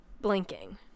blinking